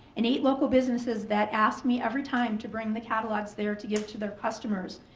and eight local businesses that ask me every time to bring the catalogs there to give to their customers.